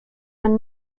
man